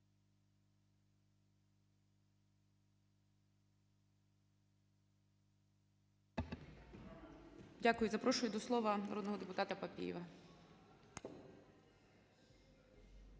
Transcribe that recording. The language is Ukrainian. Дякую. Запрошую до слова народного депутата Солов'я.